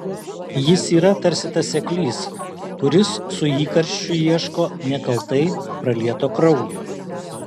jis yra tarsi tas seklys kuris su įkarščiu ieško nekaltai pralieto kraujo